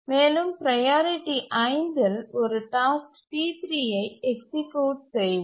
மேலும் ப்ரையாரிட்டி 5 இல் ஒரு டாஸ்க் T3 ஐ எக்சீக்யூட் செய்வோம்